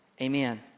Amen